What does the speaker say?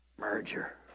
Merger